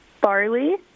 barley